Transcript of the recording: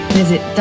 visit